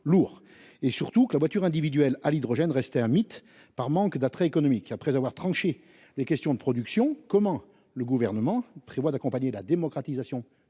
admettait surtout que la voiture individuelle à l'hydrogène restait un mythe, faute d'attrait économique. Après avoir tranché les questions de production, comment le Gouvernement prévoit-il d'accompagner la démocratisation